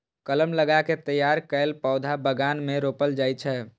कलम लगा कें तैयार कैल पौधा बगान मे रोपल जाइ छै